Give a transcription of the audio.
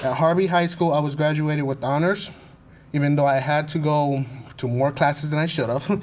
harvey high school i was graduated with honors even though i had to go to more classes than i should've.